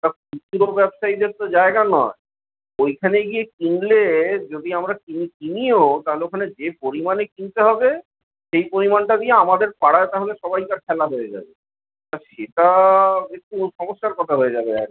ওটা খুচরো ব্যবসায়ীদের তো জায়গা নয় ওইখানে গিয়ে কিনলে যদি আমরা কিছু কিনিও তা হলে ওখানে যে পরিমাণে কিনতে হবে সেই পরিমাণটা দিয়ে আমাদের পাড়ায় তাহলে সবাইকার খেলা হয়ে যাবে তা সেটা একটু সমস্যার কথা হয়ে যাবে আর কি